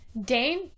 Dane